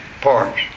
parts